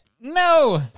no